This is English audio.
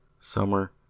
Summer